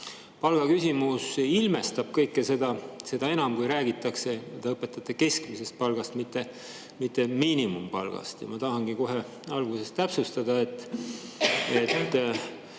Palgaküsimus ilmestab seda kõike, seda enam, kui räägitakse õpetajate keskmisest palgast, mitte miinimumpalgast. Ma tahangi kohe alguses täpsustada, et